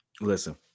Listen